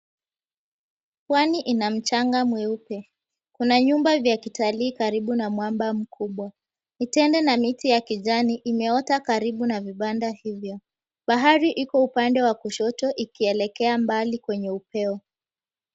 Pwani ina mchanga mweupe. Kuna nyumba vya kitalii karibu na mwamba mkubwa. Mitende na miti ya kijani imeota karibu na vibanda hivyo. Bahari iko upande wa kushoto ikielekea mbali kwenye upeo.